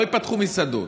לא ייפתחו מסעדות.